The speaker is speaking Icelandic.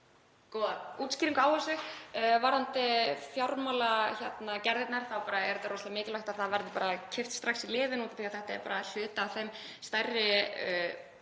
góða útskýringu á þessu. Varðandi fjármálagerðirnar þá er bara rosalega mikilvægt að því verði kippt strax í liðinn því að þetta er hluti af stærri